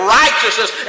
righteousness